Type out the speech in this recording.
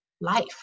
life